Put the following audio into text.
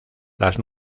las